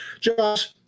Josh